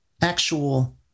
Actual